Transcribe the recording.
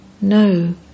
No